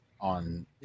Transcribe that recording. on